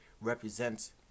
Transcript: represents